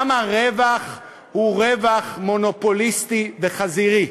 גם הרווח הוא רווח מונופוליסטי וחזירי.